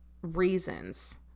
reasons